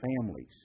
families